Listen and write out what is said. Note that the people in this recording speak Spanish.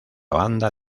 banda